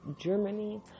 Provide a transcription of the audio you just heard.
Germany